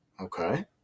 okay